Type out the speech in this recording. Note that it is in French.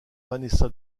vanessa